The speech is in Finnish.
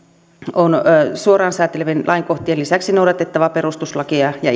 on suoraan sääntelevien lainkohtien lisäksi noudatettava perustuslakia ja